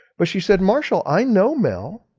but she said, marshall i know mel.